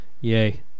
yay